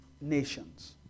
nations